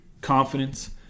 confidence